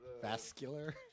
Vascular